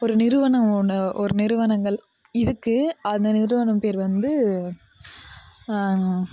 ஒரு நிறுவனம் ஒன்று ஒரு நிறுவனங்கள் இருக்கு அந்த நிறுவனம் பேர் வந்து